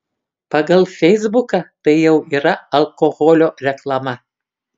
pagal feisbuką tai jau yra alkoholio reklama